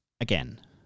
again